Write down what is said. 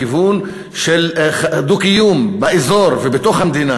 לכיוון של דו-קיום באזור ובתוך המדינה,